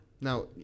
Now